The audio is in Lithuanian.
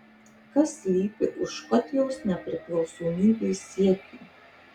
kas slypi už škotijos nepriklausomybės siekių